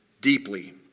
deeply